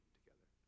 together